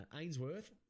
Ainsworth